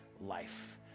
life